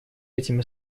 этими